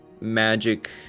magic